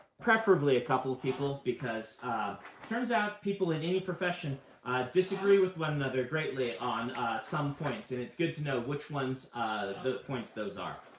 preferably a couple of people because it turns out people in any profession disagree with one another greatly on some points, and it's good to know which points those are.